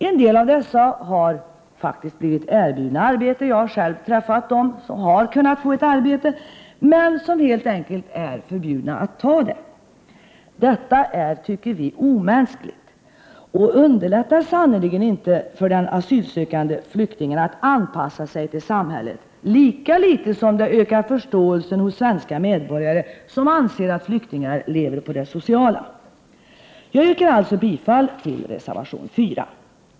En del av dessa har blivit erbjudna arbete — jag har själv träffat dem som har kunnat få ett arbete — men är helt enkelt förbjudna att ta det. Detta är omänskligt, tycker vi, och underlättar sannerligen inte för den asylsökande flyktingen att anpassa sig till samhället, lika litet som det ökar förståelsen hos svenska medborgare som anser att flyktingar ”lever på det sociala”. Jag yrkar alltså bifall till reservation 4.